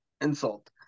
insult